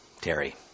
Terry